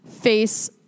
face